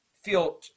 feel